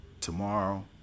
tomorrow